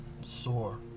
Sore